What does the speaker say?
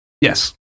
Yes